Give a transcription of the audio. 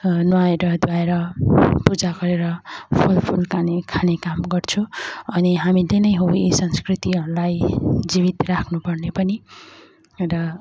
नुहाएर धुवाएर पूजा गरेर फल फुल पानी खाने काम गर्छु अनि हामी तिनै हो नि संस्कृतिहरूलाई जीवित राख्नु पर्ने पनि र